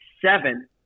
seven